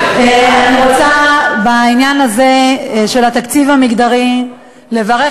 אני רוצה בעניין הזה של התקציב המגדרי לברך